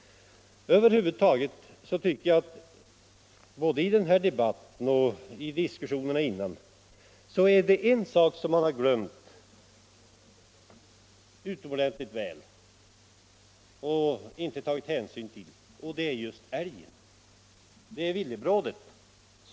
Över huvud tycker jag att både i den här debatten och i diskussionerna dessförinnan är det en sak som man i utomordentligt stor utsträckning inte har tagit hänsyn till och det är just älgen, villebrådet.